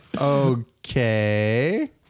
okay